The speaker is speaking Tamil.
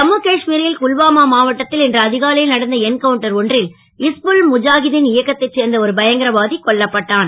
ஜம்மு காஷ்மீரில் குல்வாமா மாவட்டத்தில் இன்று அதிகாலையில் நடந்த எண்கவுண்டர் ஒன்றில் இஸ்புல் முஜாகிதின் இயக்கத்தை சேர்ந்த ஒரு பயங்கரவாதி கொல்லப்பட்டான்